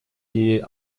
die